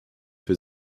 für